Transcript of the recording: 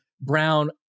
Brown